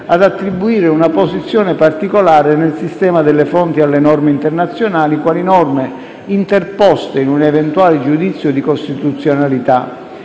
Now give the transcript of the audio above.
ad attribuire una posizione particolare nel sistema delle fonti alle norme internazionali quali norme interposte in un eventuale giudizio di costituzionalità,